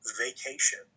vacation